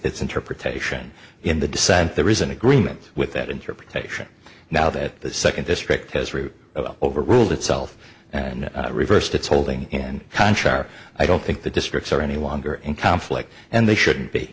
its interpretation in the dissent there is an agreement with that interpretation now that the second district has three over ruled itself and reversed its holding in contrary i don't think the districts are any longer in conflict and they shouldn't be